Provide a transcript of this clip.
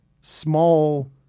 small